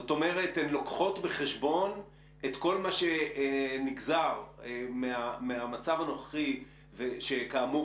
זאת אומרת לוקחות בחשבון את כל מה שנגזר מהמצב הנוכחי שכאמור